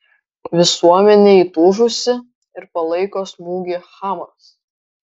visuomenė įtūžusi ir palaiko smūgį hamas